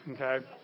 Okay